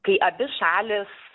kai abi šalys